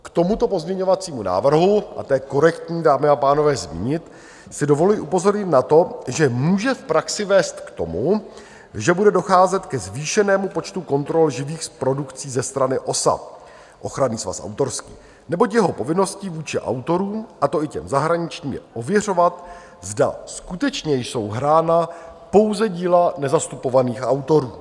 K tomuto pozměňovacímu návrhu a to je korektní, dámy a pánové, zmínit si dovoluji upozornit na to, že může v praxi vést k tomu, že bude docházet ke zvýšenému počtu kontrol živých produkcí ze strany OSA, Ochranný svaz autorský, neboť jeho povinností vůči autorům, a to i těm zahraničním, je ověřovat, zda skutečně jsou hrána pouze díla nezastupovaných autorů.